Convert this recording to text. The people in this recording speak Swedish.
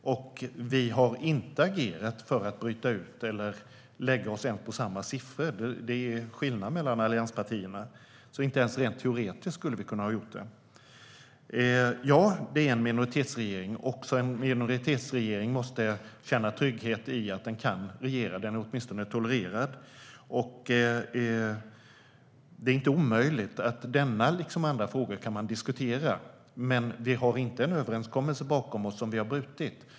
Vi har inte agerat för att bryta ut det eller för att lägga oss på samma siffror. Det är skillnad mellan allianspartierna. Inte ens rent teoretiskt skulle vi alltså ha kunnat göra det. Ja, det är en minoritetsregering. Också en minoritetsregering måste känna trygghet i att den kan regera. Den är åtminstone tolererad. Det är inte omöjligt att denna liksom andra frågor kan diskuteras. Men vi har inte en överenskommelse bakom oss som vi har brutit.